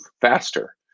faster